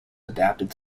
adapted